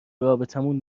رابطمون